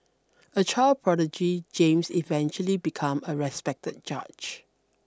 a child prodigy James eventually became a respected judge